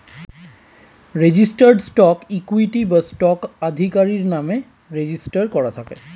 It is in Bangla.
রেজিস্টার্ড স্টক ইকুইটি বা স্টক আধিকারির নামে রেজিস্টার করা থাকে